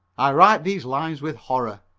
i write these lines with horror.